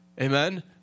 Amen